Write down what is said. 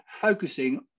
focusing